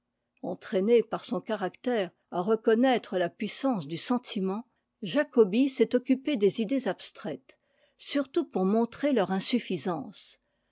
entraîné par son caractère à reconnaître la puissance du sentiment jacobi s'est occupé des idées abstraites surtout pour montrer leur insuffisance